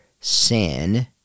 sin